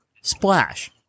Splash